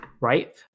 right